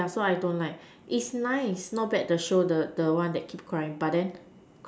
ya so I don't like it's nice not bad the show the the one that keep crying but then